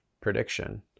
prediction